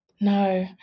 No